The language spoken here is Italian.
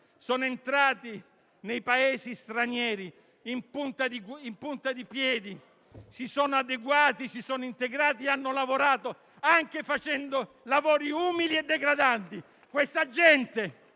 sono entrati nei Paesi stranieri in punta di piedi, si sono adeguati, si sono integrati, hanno lavorato anche facendo lavori umili e degradanti. Questa gente